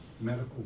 medical